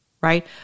right